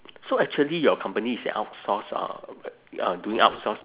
so actually your company is an outsource uh um doing outsource